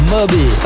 Moby